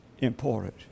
important